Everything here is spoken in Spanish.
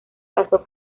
pasó